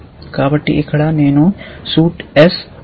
కాబట్టి ఇక్కడ నేను సూట్ s ప్లేయర్ P తో కార్డు చెప్పాను